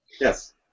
Yes